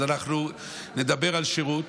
אז אנחנו נדבר על שירות.